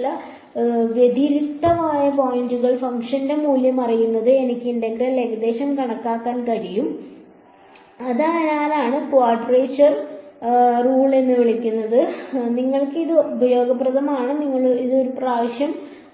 ചില വ്യതിരിക്തമായ പോയിന്റുകളിൽ ഫംഗ്ഷന്റെ മൂല്യം അറിയുന്നത് എനിക്ക് ഇന്റഗ്രൽ ഏകദേശം കണക്കാക്കാൻ കഴിയും അതിനാലാണ് ക്വാഡ്രേച്ചർ റൂൾ എന്ന് വിളിക്കുന്നത് നിങ്ങൾക്ക് ഇത് ഉപയോഗപ്രദമാണ് നിങ്ങൾക്ക് ഇത് ഒരു പ്രാവശ്യം